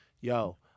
yo